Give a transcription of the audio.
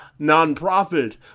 nonprofit